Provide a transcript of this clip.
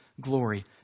Glory